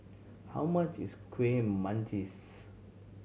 how much is Kueh Manggis